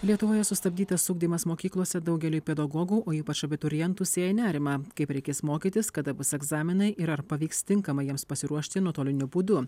lietuvoje sustabdytas ugdymas mokyklose daugeliui pedagogų o ypač abiturientų sėja nerimą kaip reikės mokytis kada bus egzaminai ir ar pavyks tinkamai jiems pasiruošti nuotoliniu būdu